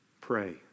pray